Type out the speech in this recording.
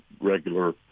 regular